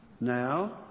now